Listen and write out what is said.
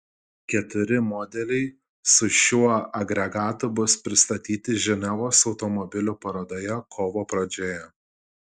keturi modeliai su šiuo agregatu bus pristatyti ženevos automobilių parodoje kovo pradžioje